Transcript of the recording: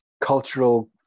cultural